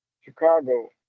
Chicago